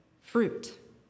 fruit